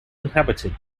inhabited